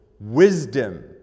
wisdom